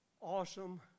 awesome